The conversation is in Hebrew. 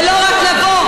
ולא רק לבוא